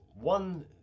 One